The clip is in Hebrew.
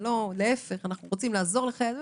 אנו רוצים לעזור לכם.